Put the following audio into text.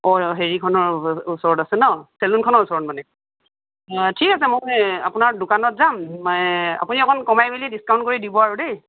অঁ হেৰিখনৰ ওচৰত আছে ন চেলুন খনৰ ওচৰত মানে অঁ ঠিক আছে মই আপোনাৰ দোকানত যাম আপুনি অকণ কমাই মেলি ডিচকাউণ্ট কৰি দিব আৰু দেই